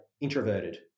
introverted